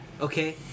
okay